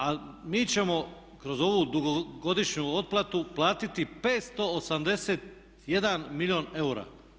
A mi ćemo kroz ovu dugogodišnju otplatu platiti 581 milijun eura.